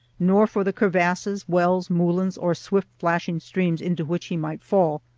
nor for the crevasses, wells, moulins, or swift flashing streams into which he might fall.